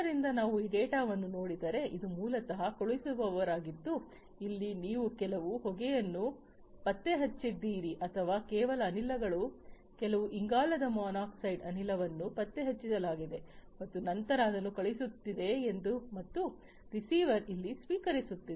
ಆದ್ದರಿಂದ ನಾವು ಈ ಡೇಟಾವನ್ನು ನೋಡಿದರೆ ಇದು ಮೂಲತಃ ಕಳುಹಿಸುವವರಾಗಿದ್ದು ಇಲ್ಲಿ ನೀವು ಕೆಲವು ಹೊಗೆಯನ್ನು ಪತ್ತೆಹಚ್ಚಿದ್ದೀರಿ ಅಥವಾ ಕೆಲವು ಅನಿಲಗಳು ಕೆಲವು ಇಂಗಾಲದ ಮಾನಾಕ್ಸೈಡ್ ಅನಿಲವನ್ನು ಪತ್ತೆಹಚ್ಚಲಾಗಿದೆ ಮತ್ತು ನಂತರ ಅದನ್ನು ಕಳುಹಿಸುತ್ತಿದೆ ಮತ್ತು ರಿಸೀವರ್ ಇಲ್ಲಿ ಸ್ವೀಕರಿಸುತ್ತಿದೆ